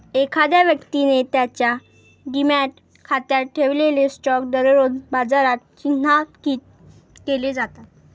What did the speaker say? एखाद्या व्यक्तीने त्याच्या डिमॅट खात्यात ठेवलेले स्टॉक दररोज बाजारात चिन्हांकित केले जातात